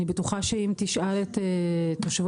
אני בטוחה שאם תשאל את תושבות,